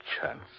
chance